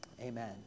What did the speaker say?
Amen